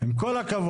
עם כל הכבוד.